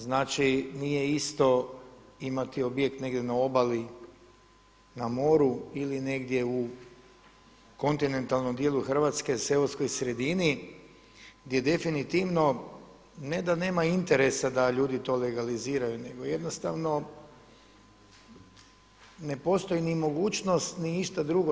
Znači, nije isto imati objekt negdje na obali na moru ili negdje u kontinentalnom dijelu Hrvatske u seoskoj sredini gdje definitivno ne da nema interesa da ljudi to legaliziraju, nego jednostavno ne postoji ni mogućnost ni išta drugo.